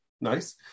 Nice